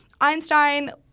Einstein